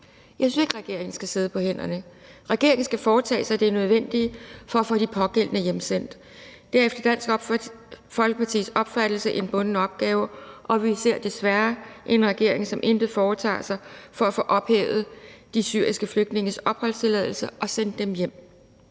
Jeg synes ikke, regeringen skal sidde på hænderne. Regeringen skal foretage sig det nødvendige for at få de pågældende hjemsendt. Det er efter Dansk Folkepartis opfattelse en bunden opgave, og vi ser desværre en regering, som intet foretager sig for at få ophævet de syriske flygtninges opholdstilladelser og sendt dem hjem.